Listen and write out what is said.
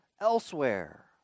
elsewhere